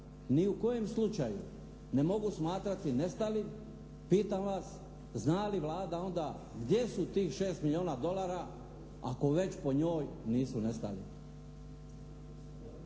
ni u kojem slučaju ne mogu smatrati nestalim pitam vas zna li Vlada onda gdje su tih 6 milijuna dolara ako već po njoj nisu nestali?